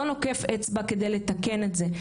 לא נוקף אצבע כדי לתקן את זה.